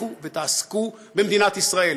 לכו ותעסקו במדינת ישראל.